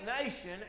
nation